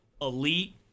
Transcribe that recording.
elite